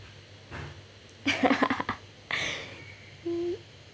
mm